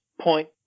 point